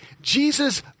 Jesus